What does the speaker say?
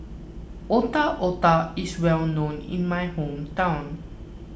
Otak Otak is well known in my hometown